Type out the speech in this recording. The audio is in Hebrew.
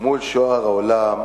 מול שאר העולם,